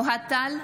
אוהד טל,